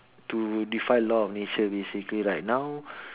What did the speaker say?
to defy law of nature basically right now